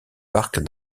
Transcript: parc